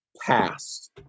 past